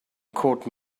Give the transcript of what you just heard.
quote